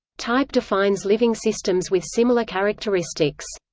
type defines living systems with similar characteristics.